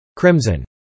Crimson